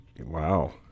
wow